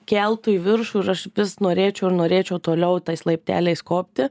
keltų į viršų aš vis norėčiau ir norėčiau toliau tais laipteliais kopti